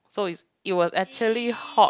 so is it was actually hot